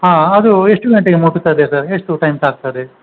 ಹಾಂ ಅದು ಎಷ್ಟು ಗಂಟೆಗೆ ಮುಟ್ಟುತ್ತದೆ ಸರ್ ಎಷ್ಟು ಟೈಮ್ ತಾಗ್ತದೆ